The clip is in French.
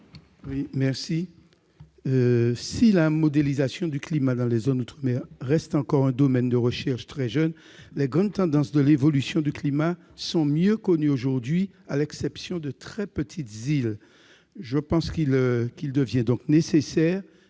Antiste. Si la modélisation du climat dans les zones d'outre-mer reste encore un domaine de recherche très jeune, les grandes tendances de l'évolution du climat sont mieux connues aujourd'hui, à l'exception de ce qui se passe dans les très petites îles. Il est donc nécessaire